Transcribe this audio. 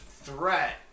threat